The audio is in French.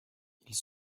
ils